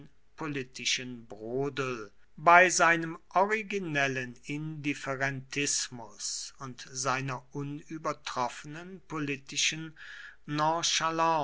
politischen brodel bei seinem originellen indifferentismus und seiner unübertroffenen politischen